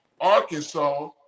Arkansas